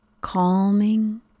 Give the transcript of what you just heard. calming